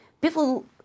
People